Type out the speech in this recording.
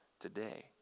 today